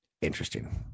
interesting